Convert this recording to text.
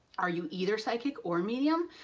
are you either psychic or medium?